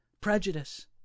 prejudice